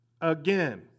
again